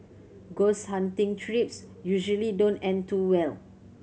ghost hunting trips usually don't end too well